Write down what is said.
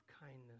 kindness